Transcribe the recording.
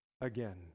again